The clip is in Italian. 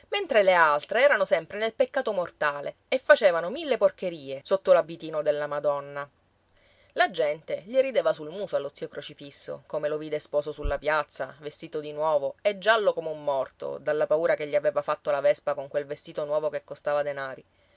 mentre le altre erano sempre nel peccato mortale e facevano mille porcherie sotto l'abitino della madonna la gente gli rideva sul muso allo zio crocifisso come lo vide sposo sulla piazza vestito di nuovo e giallo come un morto dalla paura che gli aveva fatto la vespa con quel vestito nuovo che costava denari